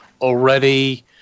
already